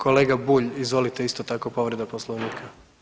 Kolega Bulj izvolite isto tako povreda Poslovnika.